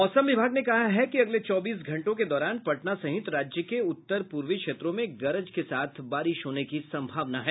मौसम विभाग ने कहा है कि अगले चौबीस घंटों के दौरान पटना सहित राज्य के उत्तर पूर्वी क्षेत्रों में गरज के साथ बारिश होने की संभावना है